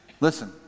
listen